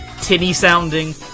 tinny-sounding